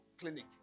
Clinic